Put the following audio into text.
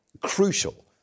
crucial